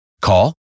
Call